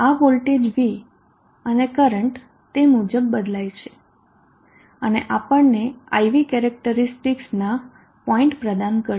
આ voltage V અને current તે મુજબ બદલાય છે અને આપણને I V કેરેક્ટરીસ્ટિકસનાં પોઈન્ટ પ્રદાન કરશે